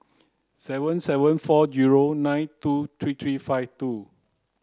seven seven four zero nine two three three five two